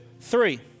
three